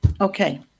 Okay